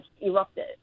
erupted